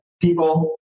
people